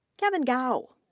kevin gao,